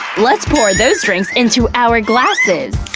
let's pour those drinks into our glasses,